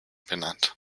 benannt